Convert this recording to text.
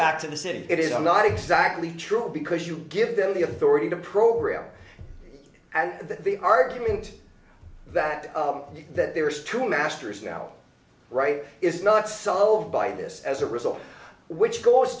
back to the city it is not exactly true because you give them the authority to program and that the argument that that there is two masters in our right is not solved by this as a result which goes